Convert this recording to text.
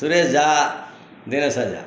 Suresh Jha Dineshwar Jha